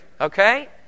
okay